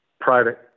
private